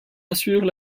assurent